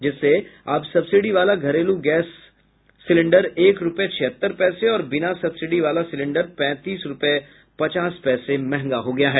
जिससे अब सब्सिडी वाला घरेलू रसोई गैस सिलिंडर एक रूपये छिहत्तर पैसे और बिना सब्सिडी वाला सिलिंडर पैंतीस रुपये पचास पैसे महँगा हो गया है